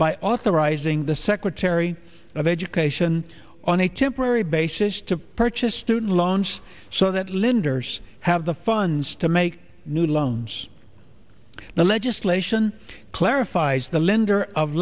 by authorizing the secretary of education on a temporary basis to purchase student loans so that lenders have the funds to make new loans the legislation clarifies the